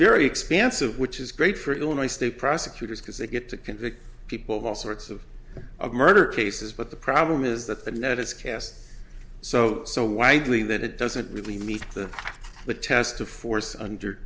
very expansive which is great for illinois state prosecutors because they get to convict people of all sorts of of murder cases but the problem is that the net is cast so so widely that it doesn't really meet the test of force under